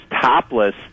topless